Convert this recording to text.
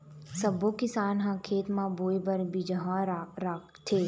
सब्बो किसान ह खेत म बोए बर बिजहा राखथे